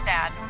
Dad